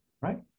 right